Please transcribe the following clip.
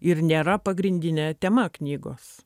ir nėra pagrindinė tema knygos